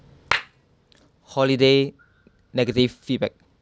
holiday negative feedback